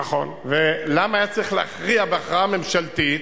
למה היה צריך להכריע בהכרעה ממשלתית?